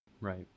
Right